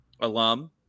alum